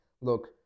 look